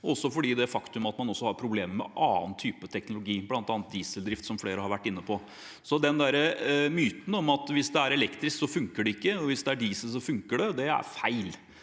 også fordi det er et faktum at man har problemer med annen type teknologi, bl.a. dieseldrift, som flere har vært inne på. Den myten om at hvis det er elektrisk, fungerer det ikke, og hvis det er diesel, fungerer det – den er feil.